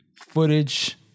footage